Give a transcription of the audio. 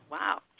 Wow